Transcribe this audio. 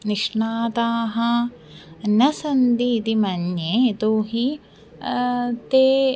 निष्णाताः न सन्ति इति मन्ये यतो हि ते